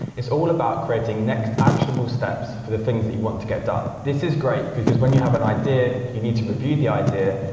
it's all about creating next actionable steps for the things that you want to get done. this is great, because when you have an idea, you need to review the idea,